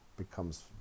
becomes